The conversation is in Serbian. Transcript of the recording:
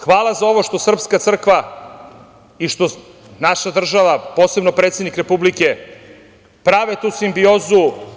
Hvala za ovo što Srpska crkva i što naša država, posebno predsednik Republike, prave tu simbiozu.